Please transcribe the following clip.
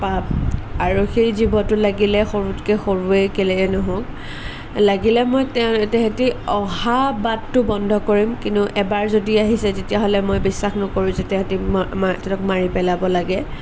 পাপ আৰু সেই জীৱটো লাগিলে সৰুতকৈ সৰুৱে কেলৈ নহওক লাগিলে মই তে তাহাঁতি অহা বাটটো বন্ধ কৰিম কিন্তু এবাৰ যদি আহিছে তেতিয়াহ'লে মই বিশ্বাস নকৰোঁ যে তাহাঁতি ম মা তাহাঁতক মাৰি পেলাব লাগে